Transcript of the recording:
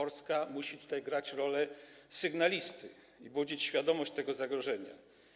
Polska musi tutaj grać rolę sygnalisty i budzić świadomość tego zagrożenia.